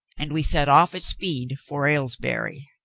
and we set off at speed for aylesbury.